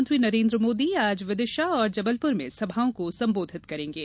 प्रधानमंत्री नरेन्द्र मोदी आज विदिशा और जबलपुर में सभाओं को सम्बोधित करेंगे